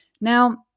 now